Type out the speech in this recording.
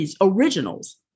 originals